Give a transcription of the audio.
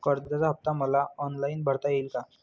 कर्जाचा हफ्ता मला ऑनलाईन भरता येईल का?